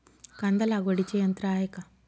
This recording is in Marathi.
कांदा लागवडीचे यंत्र आहे का?